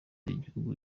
igihugu